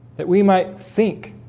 that we might think